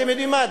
אתם יודעים מה?